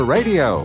Radio